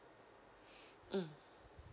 mm